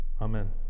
Amen